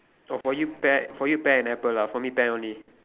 oh for you pear for you pear and apple lah for me pear only